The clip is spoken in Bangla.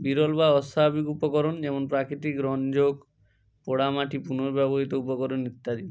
বিরল বা অস্বাভাবিক উপকরণ যেমন প্রাকৃতিক রঞ্জক পোড়ামাটির পুনর্ব্যবহৃত উপকরণ ইত্যাদি